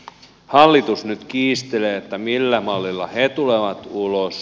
hallitus nyt kiistelee siitä millä mallilla he tulevat ulos